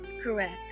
Correct